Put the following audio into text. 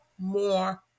more